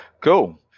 Cool